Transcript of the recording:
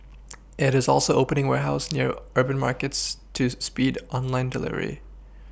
it is also opening warehouses near urban markets tools speed online delivery